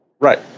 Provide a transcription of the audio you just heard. Right